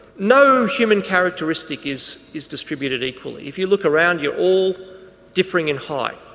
no human characteristic is is distributed equally, if you look around you're all differing in height,